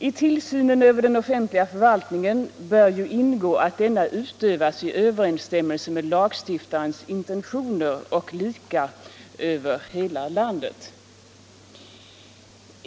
I tillsynen över den offentliga förvaltningen bör ju ingå att denna utövas i överensstämmelse med lagstiftarens intentioner och lika över hela landet.